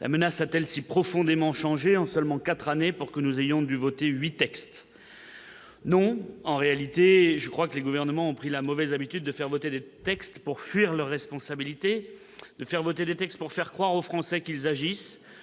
la menace a-t-elle si profondément changé en seulement 4 années pour que nous ayons dû voter 8 textes non, en réalité, je crois que les gouvernements ont pris la mauvaise habitude de faire voter des textes pour fuir leurs responsabilités, de faire voter des textes pour faire croire aux Français qu'ils agissent